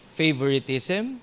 favoritism